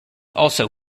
also